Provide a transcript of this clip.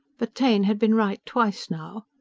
but taine had been right twice, now.